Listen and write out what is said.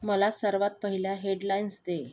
मला सर्वांत पहिल्या हेडलाईन्स दे